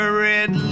red